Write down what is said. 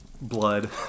blood